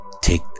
take